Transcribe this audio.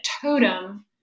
totem